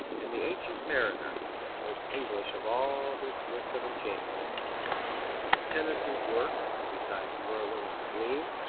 and the ancient mariner, that most english of all this list of enchantments of tennyson's work, besides merlin and the gleam,